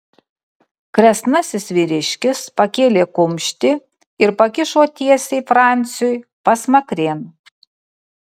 kresnasis vyriškis pakėlė kumštį ir pakišo tiesiai franciui pasmakrėn